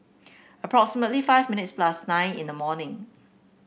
approximately five minutes plus nine in the morning